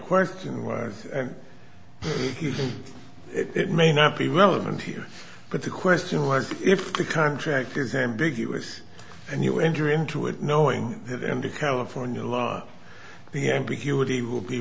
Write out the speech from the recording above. question was using it may not be relevant here but the question was if the contract is ambiguous and you enter into it knowing them to california law the ambiguity will be